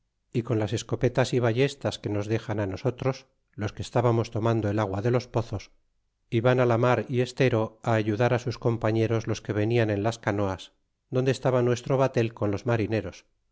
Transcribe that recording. y con las escopetas y ballestas que nos dexan á nosotros los que estabamos tomando el agua de los pozos y van it la mar y estero á ayudar á sus compañeros los que venian en las canoas donde estaba nuestro batel con los marineros